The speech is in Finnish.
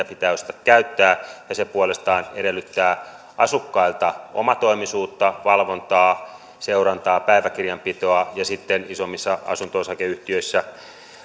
pitää osata käyttää ja se puolestaan edellyttää asukkailta omatoimisuutta valvontaa seurantaa päiväkirjan pitoa ja sitten isommissa asunto osakeyhtiöissä